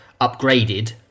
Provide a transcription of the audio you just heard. upgraded